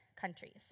countries